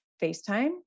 FaceTime